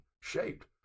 shaped